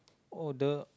oh the